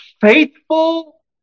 faithful